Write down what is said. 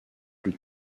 plus